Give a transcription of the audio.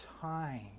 time